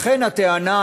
לכן הטענה,